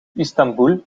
istanboel